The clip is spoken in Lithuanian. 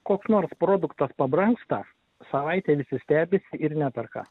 koks nors produktas pabrangsta savaitę visi stebisi ir neperka